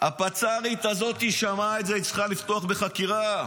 הפצ"רית הזאת שמעה את זה, היא צריכה לפתוח בחקירה.